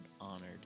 honored